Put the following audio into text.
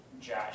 Josh